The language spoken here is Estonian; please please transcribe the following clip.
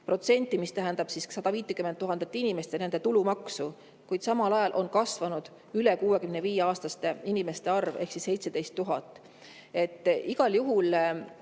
26%, mis tähendab 150 000 inimest ja nende tulumaksu, kuid samal ajal on kasvanud üle 65-aastaste inimeste arv, mis on 17 000. Igal juhul